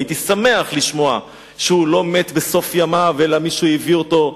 הייתי שמח לשמוע שהוא לא מת בסוף ימיו אלא מישהו הביא אותו,